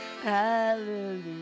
hallelujah